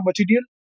material